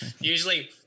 Usually